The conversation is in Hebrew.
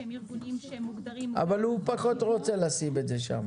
שהם ארגונים שמוגדרים -- אבל הוא פחות רוצה לשים את זה שם.